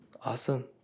Awesome